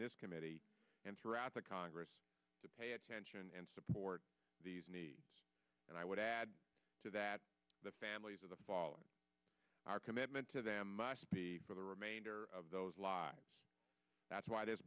this committee and throughout the congress to pay attention and support these needs and i would add to that the families of the fallen our commitment to them must be for the remainder of those lives that's why this